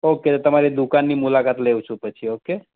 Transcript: okay તમારી દુકાનની મુલાકાત લેવ છું પછી ઓકે